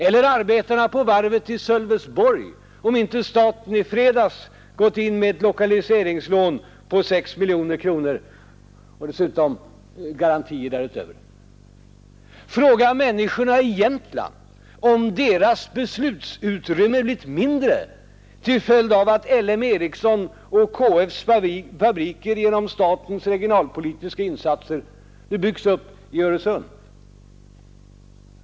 Eller arbetarna på varvet i Sölvesborg om inte staten i fredags gått in med ett lokaliseringslån på 6 miljoner kronor och garantier därutöver. Fråga människorna i Jämtland om deras beslutsutrymme blivit mindre till följd av att L.M. Ericssons och KF:s fabriker genom statens regionalpolitiska insatser byggts upp i Östersund.